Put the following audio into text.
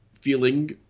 feeling